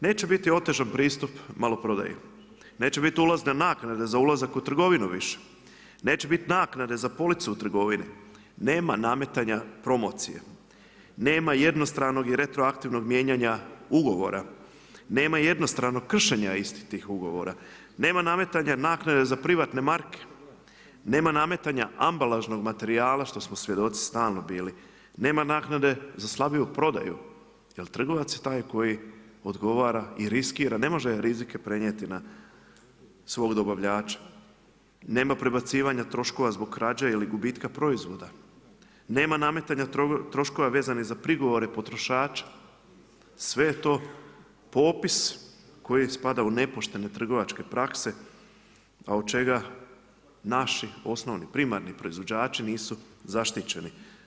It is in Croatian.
Neće biti otežan pristup maloprodaji, neće biti ulazne naknade za ulazak u trgovinu više, neće biti naknade za police u trgovini, nema nametanja promocije, nema jednostranog i retroaktivnog mijenjanja ugovora, nema jednostranog kršenja istih tih ugovora, nema nametanja naknade za privatne marke, nema nametanja ambalažnog materijala što smo svjedoci stalno bili, nema naknade za slabiju prodaju jel trgovac je taj koji odgovara i riskira, ne može rizike prenijeti na svog dobavljača, nema prebacivanja troškova zbog krađe ili gubitka proizvoda, nema nametanja troškova vezanih za prigovore potrošača, sve je to popis koji spada u nepoštene trgovačke prakse, a od čega naši osnovni primarni proizvođači nisu zaštićeni.